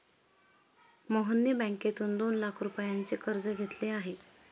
मोहनने बँकेतून दोन लाख रुपयांचे कर्ज घेतले आहे